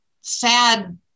sad